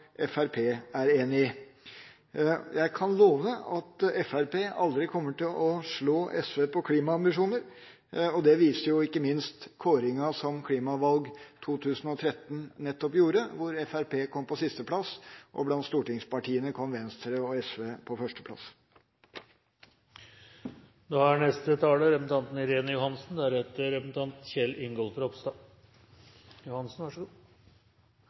SV er enig i dobbelt så mye som Fremskrittspartiet er enig i. Jeg kan love at Fremskrittspartiet aldri kommer til å slå SV på klimaambisjoner. Det viser jo ikke minst kåringen som Klimavalg 2013 nettopp gjorde, hvor Fremskrittspartiet kom på sisteplass. Blant stortingspartiene kom Venstre og SV på førsteplass. Først: Når det gjelder kåringer, så er faktisk jeg og en representant